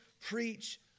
preach